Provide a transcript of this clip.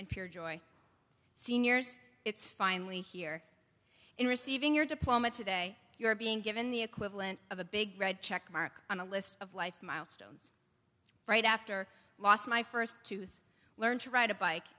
and pure joy seniors it's finally here in receiving your diploma today you're being given the equivalent of a big check mark on a list of life milestones right after i lost my first tooth learn to ride a bike